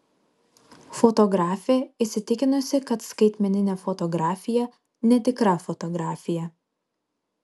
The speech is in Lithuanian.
fotografė įsitikinusi kad skaitmeninė fotografija netikra fotografija